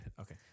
Okay